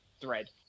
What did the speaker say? thread